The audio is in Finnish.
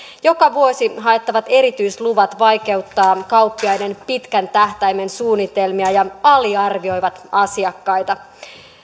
joka vuosi haettavat erityisluvat vaikeuttavat kauppiaiden pitkän tähtäimen suunnitelmia ja aliarvioivat asiakkaita